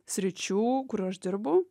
sričių kur aš dirbu